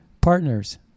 partners